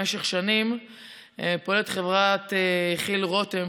במשך שנים פועלת חברת כיל-רותם,